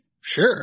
Sure